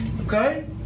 okay